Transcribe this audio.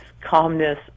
calmness